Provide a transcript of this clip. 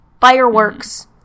Fireworks